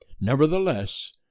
Nevertheless